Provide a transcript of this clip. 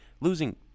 losing